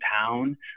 town